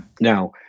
Now